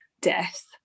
death